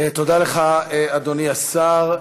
תודה לך, אדוני השר.